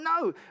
no